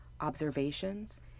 observations